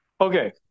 Okay